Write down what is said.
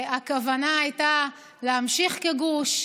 הכוונה הייתה להמשיך כגוש.